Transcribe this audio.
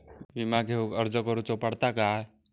विमा घेउक अर्ज करुचो पडता काय?